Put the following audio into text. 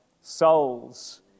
souls